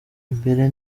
imbere